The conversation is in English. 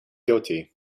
guilty